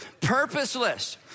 Purposeless